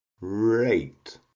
rate